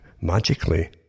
magically